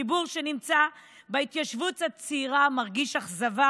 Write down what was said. הציבור שנמצא בהתיישבות הצעירה מרגיש אכזבה,